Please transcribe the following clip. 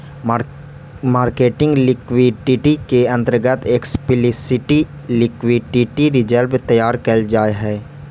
marketing liquidity के अंतर्गत explicit liquidity reserve तैयार कैल जा हई